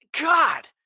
God